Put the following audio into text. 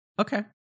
okay